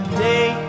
day